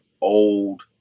old